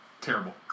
Terrible